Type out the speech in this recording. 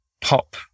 pop